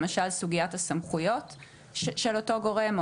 למשל סוגיית הסמכויות של אותו גורם או